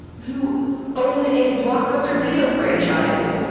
who own a blockbuster video franchise.